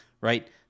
right